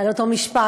על אותו משפט,